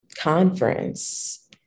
conference